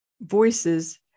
voices